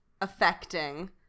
affecting